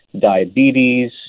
diabetes